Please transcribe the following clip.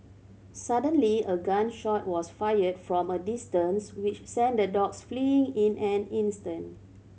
suddenly a gun shot was fired from a distance which sent the dogs fleeing in an instant